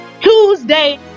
Tuesday